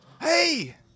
Hey